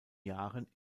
jahren